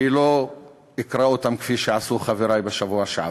אני לא אקרא אותם כפי שעשו חברי בשבוע שעבר,